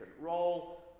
role